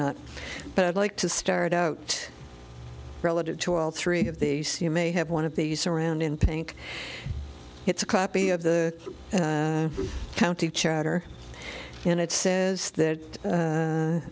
not but i'd like to start out relative to all three of the see you may have one of these around in pink it's a copy of the county chatter and it says that